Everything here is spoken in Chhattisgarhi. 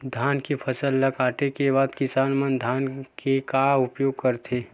धान के फसल ला काटे के बाद किसान मन धान के का उपयोग करथे?